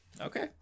Okay